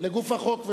לגוף החוק,